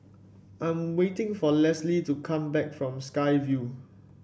I'm waiting for Lisle to come back from Sky Vue